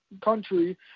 country